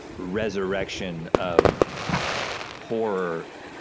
resurrection of horror,